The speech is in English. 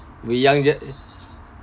we young